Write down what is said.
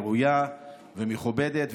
ראויה ומכובדת,